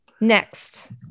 next